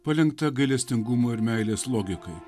palenkta gailestingumo ir meilės logikai